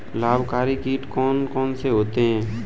लाभकारी कीट कौन कौन से होते हैं?